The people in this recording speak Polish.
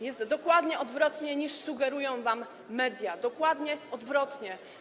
Jest dokładnie odwrotnie, niż sugerują wam media, dokładnie odwrotnie.